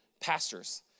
pastors